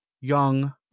young